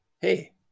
Hey